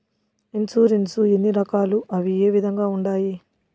insurance ఎన్ని రకాలు అవి ఏ విధంగా ఉండాయి